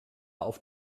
auf